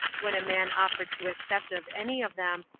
when a man offered to accept of any of them,